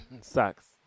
Sucks